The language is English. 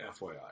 FYI